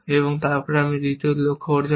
তারপর আমি দ্বিতীয় লক্ষ্য অর্জন করব